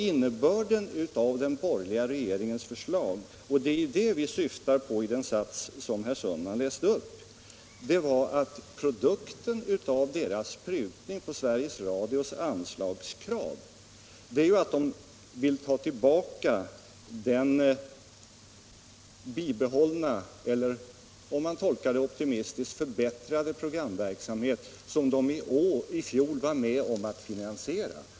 Innebörden i den borgerliga regeringens förslag i den sats som herr Sundman läste upp var att produkten av regeringens prutning på Sveriges Radios anslagskrav är att man vill ta tillbaka den bibehållna eller, om jag tolkar det optimistiskt, förbättrade programverksamhet som man i fjol var med om att finansiera.